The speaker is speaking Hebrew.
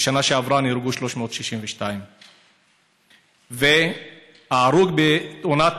בשנה שעברה נהרגו 362. ההרוג בתאונת